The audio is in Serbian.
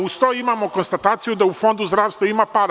Uz to, imamo konstataciju da u Fondu zdravstva ima para.